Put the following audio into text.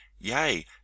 yea